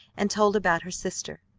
and told about her sister.